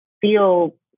feel